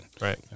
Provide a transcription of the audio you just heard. Right